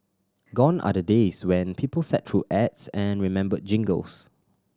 gone are the days when people sat through ads and remembered jingles